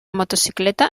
motocicleta